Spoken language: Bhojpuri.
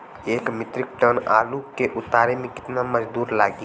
एक मित्रिक टन आलू के उतारे मे कितना मजदूर लागि?